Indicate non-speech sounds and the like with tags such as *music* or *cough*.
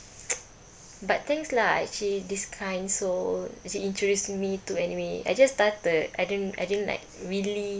*noise* but thanks lah actually this kind soul actually introduced me to anime I just started I don't I don't like really